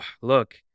look